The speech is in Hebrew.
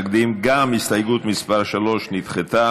גם הסתייגות מס' 3 נדחתה.